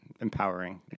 empowering